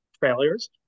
failures